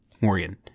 morgan